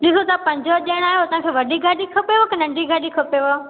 ॾिसो तव्हां पंज ॼणा आहियो असांखे वॾी गाॾी खपंदी की नंढी गाॾी खपेव